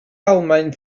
almaen